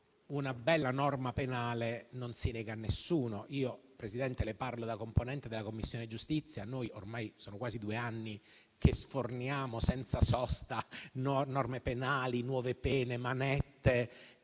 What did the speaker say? una bella norma penale non si nega a nessuno. Signor Presidente, le parlo da componente della Commissione giustizia, ormai sono quasi due anni che sforniamo senza sosta norme penali, nuove pene e manette,